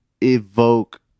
evoke